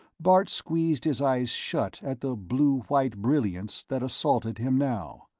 bart squeezed his eyes shut at the blue-white brilliance that assaulted him now.